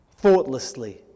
Thoughtlessly